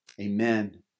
Amen